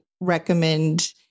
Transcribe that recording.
recommend